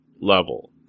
level